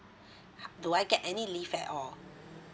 do I get any leave at all